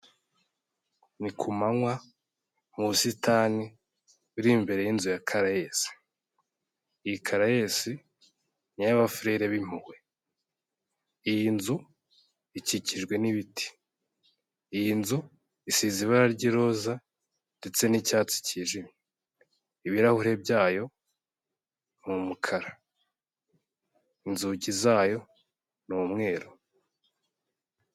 Ni ku manywa mu busitani buri imbere y'inzu ya Karayesi, iyi Karayesi ni iyaba furere b'impuhwe, iyi nzu ikikijwe n'ibiti , iyi nzu isize ibara ry'i roza ndetse n'icyatsi cyijimye, ibirahure byayo ni mu mukara ,inzugi zayo ni umweru.